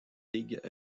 ligues